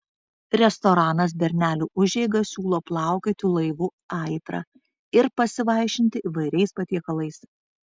restoranas bernelių užeiga siūlo plaukioti laivu aitra ir pasivaišinti įvairiais patiekalais